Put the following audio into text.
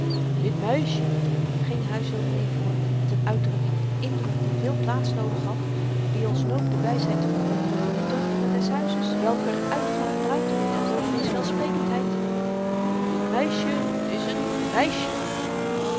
dit meisje ging huisdominee voort met n uitdrukking van indruk die veel plaats noodig had en die ons noopt de wysheid te bewonderen van de dochteren des huizes welker uitgaan ruimte liet aan dominee's welsprekendheid dit meisjen is n meisje